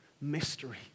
mystery